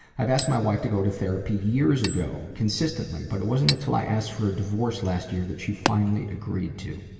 i've asked my wife to go to therapy years ago, consistently but it wasn't until i asked for a divorce last year that she agreed to.